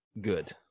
Good